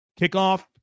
kickoff